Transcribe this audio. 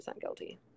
guilty